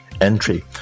entry